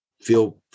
feel